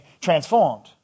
transformed